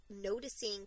noticing